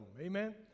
Amen